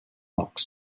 box